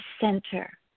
center